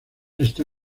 está